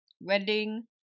Wedding